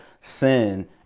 sin